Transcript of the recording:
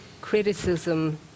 criticism